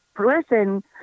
Listen